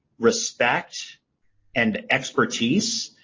respect and expertise,